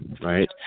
right